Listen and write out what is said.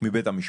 מבית המשפט.